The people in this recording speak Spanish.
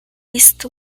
east